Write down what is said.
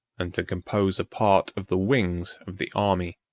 and to compose a part of the wings of the army.